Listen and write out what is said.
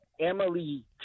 Emily